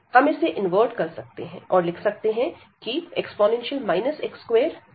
हम इसे इन्वर्ट कर सकते हैं और लिख सकते हैं e x21x2